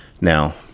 Now